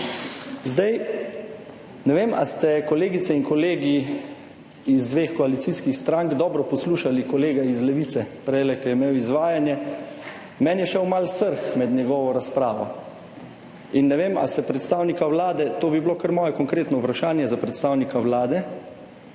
Zdaj, ne vem, ali ste kolegice in kolegi iz dveh koalicijskih strank dobro poslušali kolega iz Levice, prejle, ko je imel izvajanje. Meni je šel malo srh [po telesu] med njegovo razpravo in ne vem, ali se predstavnika Vlade, to bi bilo kar moje konkretno vprašanje za predstavnika Vlade,